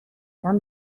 زدم